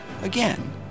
again